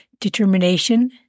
determination